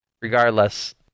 regardless